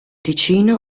ticino